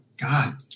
God